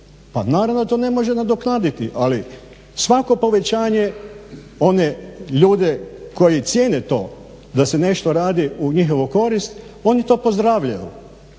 naravno da to ne može nadoknaditi, ali svako povećanje one ljude koji cijene to da se nešto radi u njihovu korist, oni to pozdravljaju.